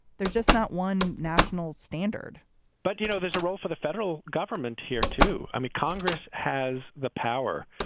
there's just not one national standard but, you know, there's a role for the federal government here, too. i mean, congress has the power.